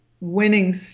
winning